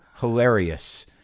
hilarious